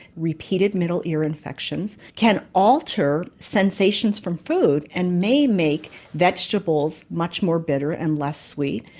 repeated middle ear infections can alter sensations from food and may make vegetables much more bitter and less sweet.